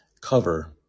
cover